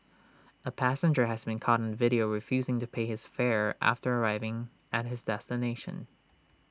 A passenger has been caught on video refusing to pay his fare after arriving at his destination